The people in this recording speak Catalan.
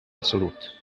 salut